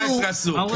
אסור לשתות אלכוהול?